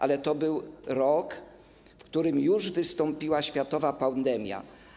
Ale to był rok, w którym już nastąpiła światowa pandemia.